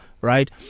right